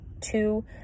two